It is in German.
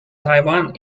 taiwan